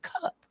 cup